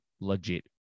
legit